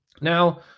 Now